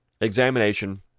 examination